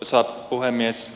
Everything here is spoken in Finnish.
arvoisa puhemies